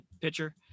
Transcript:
pitcher